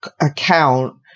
account